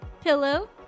Pillow